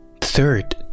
Third